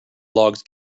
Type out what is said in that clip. logs